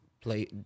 play